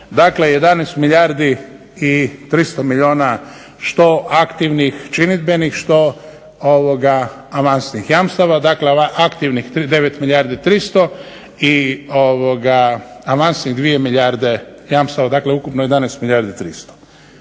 dakle 11 milijardi i 300 milijuna što aktivnih činidbenih što avansnih jamstava. Dakle, aktivnih 9 milijardi 300 i ovoga avansnih 2 milijarde jamstava. Dakle, ukupno 11 milijardi 300.